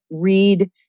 read